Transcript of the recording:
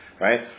right